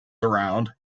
around